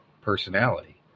personality